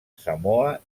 samoa